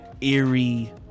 eerie